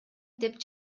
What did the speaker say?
деп